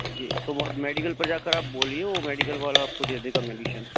जी तो वो आप मेडिकल पर जा कर आप बोलिए वो मेडिकल वाला आपको दे देगा मेडिशिन